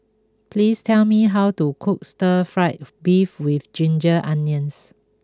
please tell me how to cook Stir Fry Beef with Ginger Onions